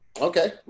Okay